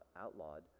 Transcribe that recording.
outlawed